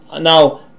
now